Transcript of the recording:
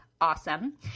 awesome